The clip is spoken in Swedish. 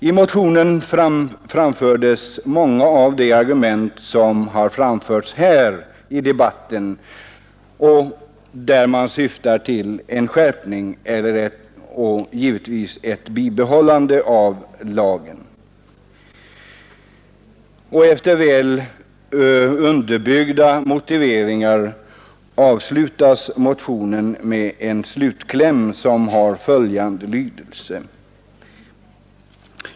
I motionen framfördes många, väl underbyggda motiveringar — de har också framförts här i debatten — för ett bibehållande och en skärpning av lagen.